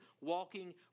walking